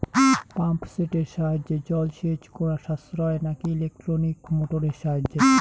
Pump সেটের সাহায্যে জলসেচ করা সাশ্রয় নাকি ইলেকট্রনিক মোটরের সাহায্যে?